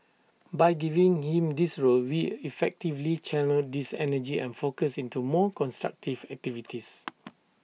by giving him this role we effectively channelled his energy and focus into more constructive activities